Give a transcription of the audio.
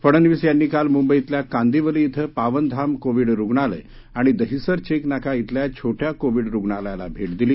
फडनवीस यांनी काल मुंबईतल्या कांदिवली ििं पावनधाम कोविड रुग्णालय आणि दहीसर चेक नाका शिल्या छोट्या कोवीड रुग्णालयाला भेट दिली